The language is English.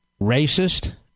racist